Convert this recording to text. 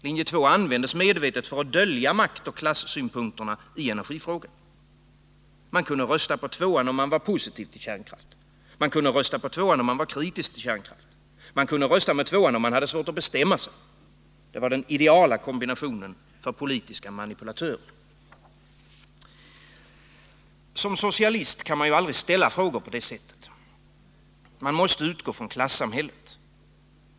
Linje 2 användes medvetet för att dölja maktoch klassynpunkterna i energifrågan. Man kunde rösta på 2:an om man var positiv till kärnkraft. Man kunde rösta på 2:an om man var kritisk till kärnkraft. Man kunde rösta med 2:an om man hade svårt att bestämma sig. Det var den ideala kombinationen för politiska manipulatörer. Som socialist kan man aldrig ställa frågor på det sättet. Man måste utgå från klassamhället.